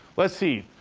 let's see,